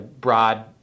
broad